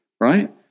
Right